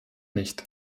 nicht